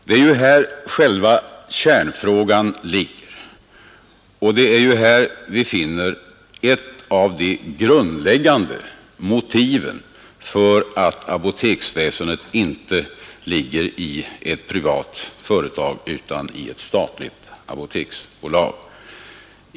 Det är själva kärnfrågan, och här finns ett av de grundläggande motiven för att apoteksväsendet inte ligger i ett privat företag utan i ett statligt apoteksbolag.